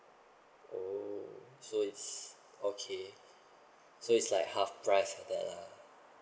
oh so it's okay so it's like half price the